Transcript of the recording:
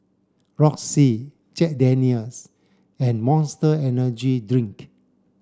Roxy Jack Daniel's and Monster Energy Drink